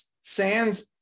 Sands